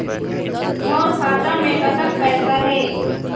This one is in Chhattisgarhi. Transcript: मोर खाता मे कतक पैसा हे?